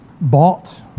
bought